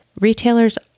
Retailers